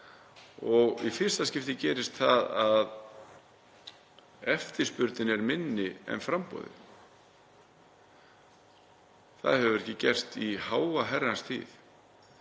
og í fyrsta skipti gerist það að eftirspurnin er minni en framboðið. Það hefur ekki gerst í háa herrans tíð